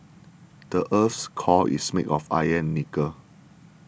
the earth's core is made of iron and nickel